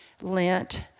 Lent